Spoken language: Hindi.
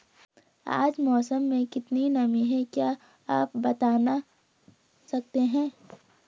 आज मौसम में कितनी नमी है क्या आप बताना सकते हैं?